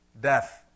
death